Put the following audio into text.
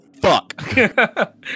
fuck